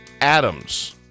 Adams